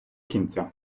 кінця